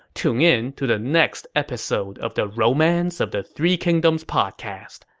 tune in to the next episode of the romance of the three kingdoms podcast.